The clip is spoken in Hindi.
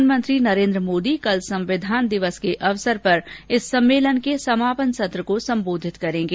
प्रधानमंत्री नेरेन्द्र मोदी कल संविधान दिवस के अवसर पर इस सम्मेलन के समापन सत्र को संबोधित करेंगे